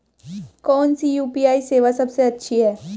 कौन सी यू.पी.आई सेवा सबसे अच्छी है?